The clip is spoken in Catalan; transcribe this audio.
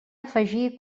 afegir